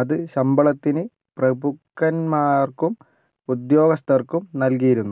അത് ശമ്പളത്തിന് പ്രഭുക്കന്മാർക്കും ഉദ്യോഗസ്ഥർക്കും നൽകിയിരുന്നു